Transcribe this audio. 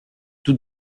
tout